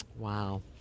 Wow